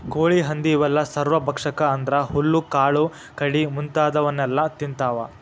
ಕೋಳಿ ಹಂದಿ ಇವೆಲ್ಲ ಸರ್ವಭಕ್ಷಕ ಅಂದ್ರ ಹುಲ್ಲು ಕಾಳು ಕಡಿ ಮುಂತಾದವನ್ನೆಲ ತಿಂತಾವ